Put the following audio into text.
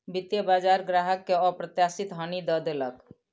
वित्तीय बजार ग्राहक के अप्रत्याशित हानि दअ देलक